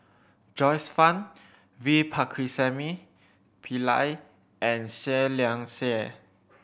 Joyce Fan V Pakirisamy Pillai and Seah Liang Seah